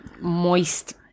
moist